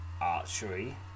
Archery